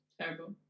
Terrible